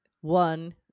One